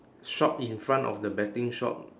shop in front of the betting shop